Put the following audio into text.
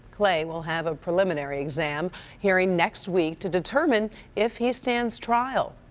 clay will have a preliminary exam hearing next week to determine if he stanz trial.